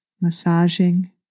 massaging